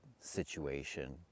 situation